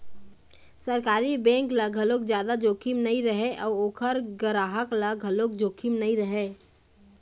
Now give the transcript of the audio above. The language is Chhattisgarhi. सरकारी बेंक ल घलोक जादा जोखिम नइ रहय अउ ओखर गराहक ल घलोक जोखिम नइ रहय